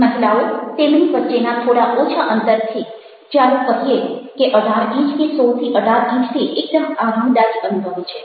મહિલાઓ તેમની વચ્ચેના થોડા ઓછા અંતરથી ચાલો કહીએ કે 18 ઇંચ કે 16 18 ઇંચથી એકદમ આરામદાયી અનુભવે છે